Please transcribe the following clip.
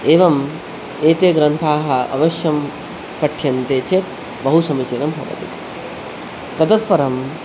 एवम् एते ग्रन्थाः अवश्यं पठ्यन्ते चेत् बहु समीचीनं भवति ततः परं